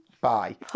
Bye